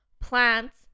plants